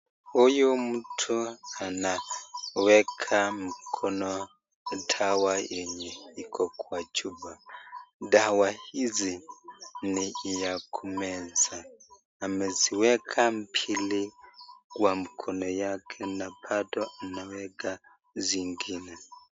Hii ni picha inayo onyesha mtu akimimina tembe za dawa mkononi kutoka kwa chupa, dawa hizi ni za kumeza ameziweka mbili kwa mkono wake na bado anamimina zingine.